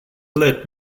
let